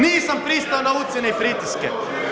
Nisam pristao na ucjene i pritiske.